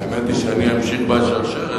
האמת היא שאני אמשיך בשרשרת.